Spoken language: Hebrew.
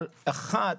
על אחד,